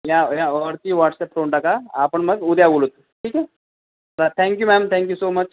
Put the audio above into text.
या वरती व्हॉट्सॲप करून टाका आपण मग उद्या बोलूत ठीक आहे thank you ma'am thank you so much